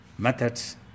methods